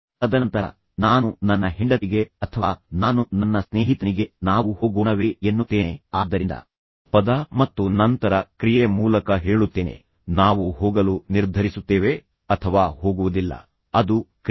ತದನಂತರ ನಾನು ನನ್ನ ಹೆಂಡತಿಗೆ ಅಥವಾ ನಾನು ನನ್ನ ಸ್ನೇಹಿತನಿಗೆ ನಾವು ಹೋಗೋಣವೇ ಎನ್ನುತ್ತೇನೆ ಆದ್ದರಿಂದ ಪದ ಮತ್ತು ನಂತರ ಕ್ರಿಯೆ ಮೂಲಕ ಹೇಳುತ್ತೇನೆ ನಾವು ಹೋಗಲು ನಿರ್ಧರಿಸುತ್ತೇವೆ ಅಥವಾ ಹೋಗುವುದಿಲ್ಲ ಅದು ಕ್ರಿಯೆ